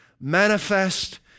manifest